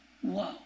Whoa